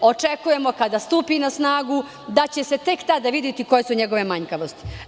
Očekujemo, kada stupi na snagu, da će se tek tada videti koje su njegove manjkavosti.